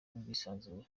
ubwisanzure